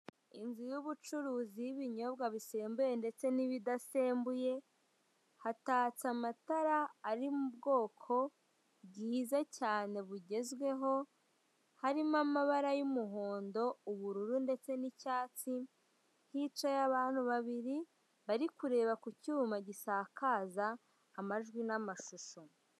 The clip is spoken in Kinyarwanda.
Inzu y'ubucuruzi y'ibinyobwa bisembuye ndetse n'ibidasembuye, hatatse amatara ari mu bwoko bwiza cyane bugezweho, harimo amabara y'umuhondo ubururu ndetse n'icyatsi, hicaye abantu babiri bari kureba ku cyuma gisakaza amajwi n'amashusho.